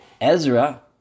Ezra